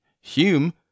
Hume